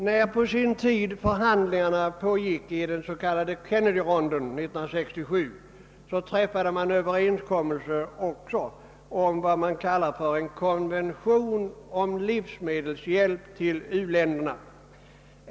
När på sin tid förhandlingarna pågick i den s.k. Kennedyronden 1967 slöts en konvention om livsmedelshjälp till u-länderna.